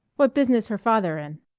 what business her father in?